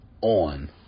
on